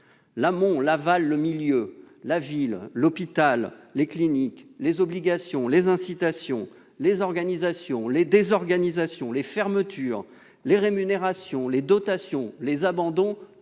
L'amont, l'aval, le milieu, la ville, l'hôpital, les cliniques, les obligations, les incitations, les organisations, les désorganisations, les fermetures, les rémunérations, les dotations, les abandons